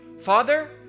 Father